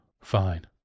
Fine